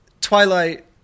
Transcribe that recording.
Twilight